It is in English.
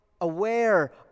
Aware